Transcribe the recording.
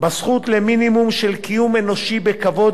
בזכות למינימום של קיום אנושי בכבוד,